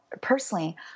personally